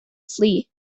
flee